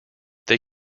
they